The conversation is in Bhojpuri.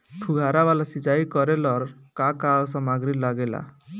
फ़ुहारा वाला सिचाई करे लर का का समाग्री लागे ला?